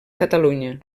catalunya